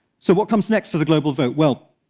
so what comes next for the global vote? well,